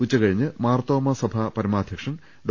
ഉച്ചകഴിഞ്ഞ് മാർത്തോമാ സഭാ പരമാധ്യക്ഷൻ ഡോ